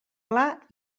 pla